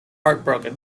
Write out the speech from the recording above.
heartbroken